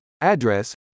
address